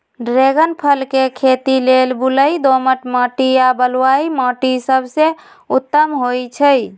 dragon फल के खेती लेल बलुई दोमट माटी आ बलुआइ माटि सबसे उत्तम होइ छइ